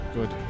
Good